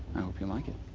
i hope you like it.